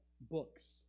books